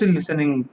Listening